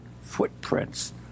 footprints